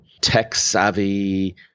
tech-savvy